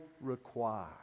require